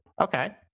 Okay